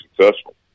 successful